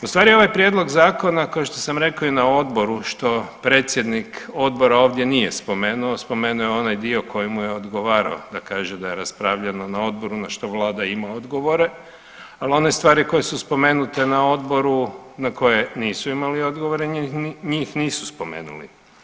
Ustvari ovaj prijedlog zakona ko što sam rekao i na odboru što predsjednik odbora ovdje nije spomenuo, spomenuo je onaj dio koji mu je odgovarao, da kaže da je raspravljeno na odboru na što Vlada ima odgovore, ali one stvari koje su spomenute na odboru na koje nisu imali odgovore njih nisu spomenuli.